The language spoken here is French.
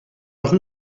rue